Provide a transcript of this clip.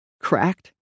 cracked